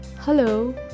Hello